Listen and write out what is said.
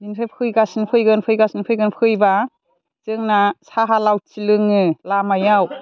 बिनिफ्राय फैगासिनो फैगोन फैगासिनो फैगोन फैब्ला जोंना साहा लाव लोङो लामायाव